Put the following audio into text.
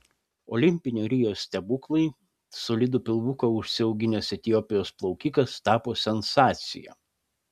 olimpinio rio stebuklai solidų pilvuką užsiauginęs etiopijos plaukikas tapo sensacija